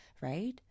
right